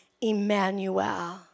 Emmanuel